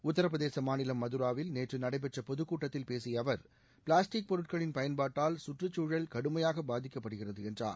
உத்தரபிரதேச மாநிலம் மதுராவில் நேற்று நடைபெற்ற பொதுக்கூட்டத்தில் பேசிய அவர் பிளாஸ்டிக் பொருட்களின் பயன்பாட்டால் சுற்றுச்சூழல் கடுமையாக பாதிக்கப்படுகிறது என்றார்